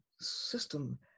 system